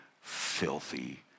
filthy